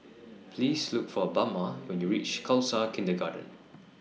Please Look For Bama when YOU REACH Khalsa Kindergarten